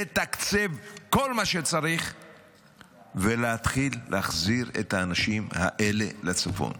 לתקצב כל מה שצריך ולהתחיל להחזיר את האנשים האלה לצפון.